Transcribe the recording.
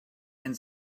and